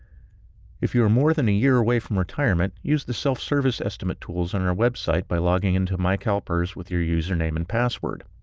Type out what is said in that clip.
if you're more than one year away from retirement, use the self-service estimate tools on our website by logging into mycalpers with your username and password.